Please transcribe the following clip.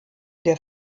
der